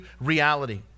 reality